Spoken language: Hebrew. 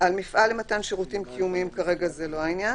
על מפעל למתן שירותים קיומיים כרגע זה לא העניין